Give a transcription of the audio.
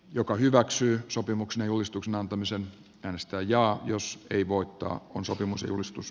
joka hyväksyi sopimuksen julistuksen antamisen rahasta ja jos voittoa kun sopimus edustus